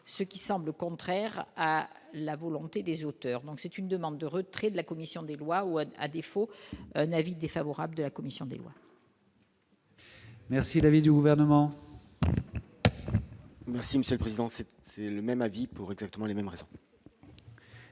ce qui semble contraire à la volonté des auteurs, donc c'est une demande de retrait de la commission des lois, ou à défaut un avis défavorable de la commission des lois. Merci la vie du gouvernement. Merci Monsieur le Président, c'est, c'est le même avis pour exactement les mêmes raisons.